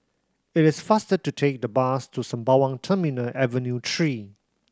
it is faster to take the bus to Sembawang Terminal Avenue Three